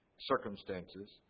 circumstances